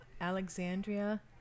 Alexandria